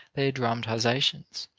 they are dramatizations.